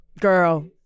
Girl